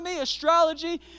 astrology